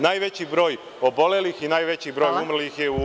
Najveći broj obolelih i najveći broj umrlih je u Obrenovcu.